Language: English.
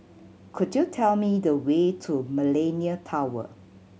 could you tell me the way to Millenia Tower